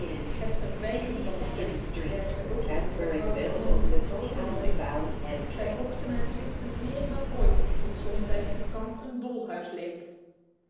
het verdwijnen van de tucht werkte ook op de verhouding van de honden onderling zij vochten en twistten meer dan ooit tot somtijds het kamp een dolhuis leek